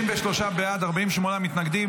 53 בעד, 48 מתנגדים.